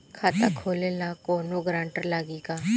खाता खोले ला कौनो ग्रांटर लागी का?